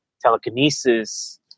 telekinesis